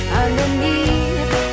underneath